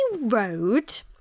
road